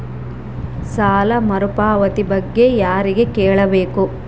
ಸಾಲ ಮರುಪಾವತಿ ಬಗ್ಗೆ ಯಾರಿಗೆ ಕೇಳಬೇಕು?